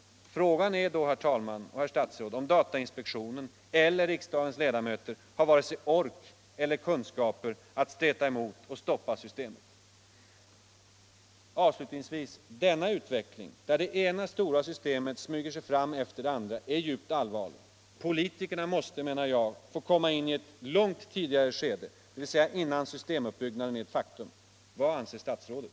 Frågan är då, herr talman och herr statsråd, om datainspektionen eller riksdagens ledamöter har ork eller kunskaper att streta emot och slopa systemet. Denna utveckling, där det ena stora systemet smyger sig fram efter det andra, är djupt allvarlig. Politikerna måste, menar jag, få komma in i ett långt tidigare skede, dvs. innan systemuppbyggnaden är ett faktum. Vad anser statsrådet?